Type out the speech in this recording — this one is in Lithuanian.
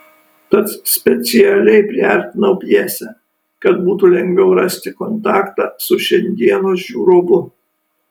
tad specialiai priartinau pjesę kad būtų lengviau rasti kontaktą su šiandienos žiūrovu